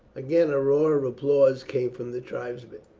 again a roar of applause came from the tribesmen.